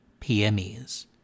PMEs